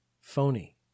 Phony